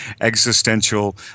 existential